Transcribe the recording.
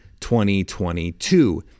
2022